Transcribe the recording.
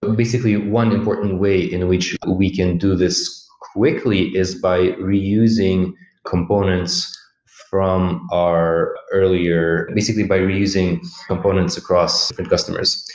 ah basically, one important way in which we can do this quickly is by reusing components from our earlier basically, by reusing components across different and customers.